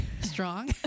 strong